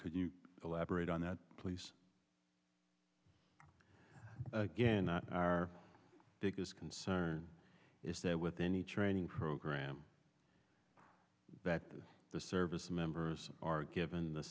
could you elaborate on that please again our biggest concern is that with any training program back to the service members are given the